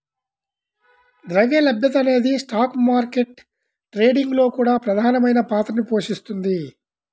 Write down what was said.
ద్రవ్య లభ్యత అనేది స్టాక్ మార్కెట్ ట్రేడింగ్ లో కూడా ప్రధానమైన పాత్రని పోషిస్తుంది